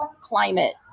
climate